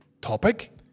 topic